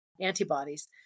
antibodies